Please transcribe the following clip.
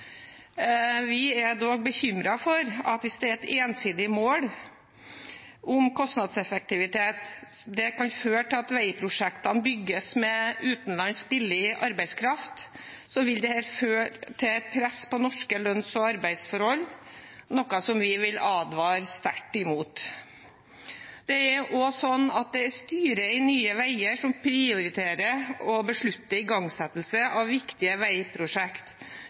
Vi er dog bekymret for at hvis det er et ensidig mål om kostnadseffektivitet, kan det føre til at veiprosjektene bygges med utenlandsk, billig arbeidskraft, og dette vil føre til et press på norske lønns- og arbeidsforhold, noe vi vil advare sterkt imot. Det er styret i Nye Veier som prioriterer og beslutter igangsettelse av viktige